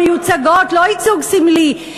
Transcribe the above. מיוצגות לא ייצוג סמלי,